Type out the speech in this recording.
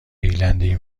ایرلندی